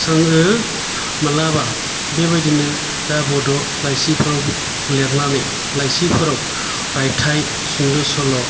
मालाबा बेबायदिनो दा बड' लाइसिफोर लिरनानै लाइसिफोराव रायथाय सुंद' सल'